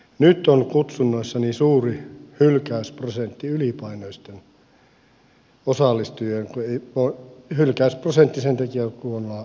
nyt on kutsunnoissa suuri hylkäysprosentti sen takia kun ollaan ylipainoisia